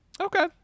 okay